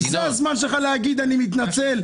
זה הזמן שלך להגיד אני מתנצל,